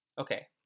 Okay